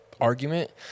argument